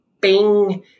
bing